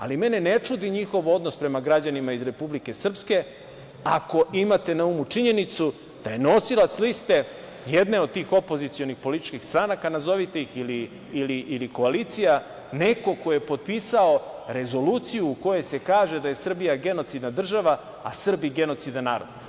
Ali mene ne čudi njihov odnos prema građanima iz Republike Srpske ako imate na umu činjenicu da je nosilac liste jedne od opozicionih političkih stranaka, nazovite ih, ili koalicija neko ko je potpisao rezoluciju u kojoj se kaže da je Srbija genocidna država, a Srbi genocidan narod.